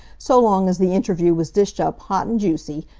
so long as the interview was dished up hot and juicy,